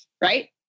right